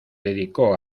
dedicó